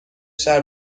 شهر